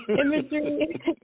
Imagery